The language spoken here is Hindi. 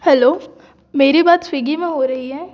हलो मेरी बात स्विगी में हो रही है